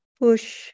push